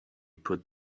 put